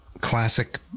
classic